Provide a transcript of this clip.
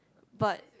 but